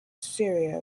syria